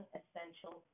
essential